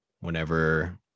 whenever